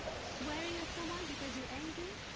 swearing at someone because you're angry,